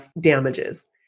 damages